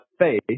faith